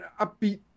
upbeat